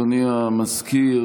אדוני המזכיר,